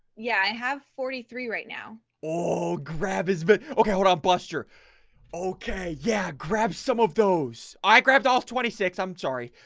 yeah? i have forty three right now. oh grab his butt okay, wow buster okay, yeah grab some of those i grabbed all twenty six. i'm sorry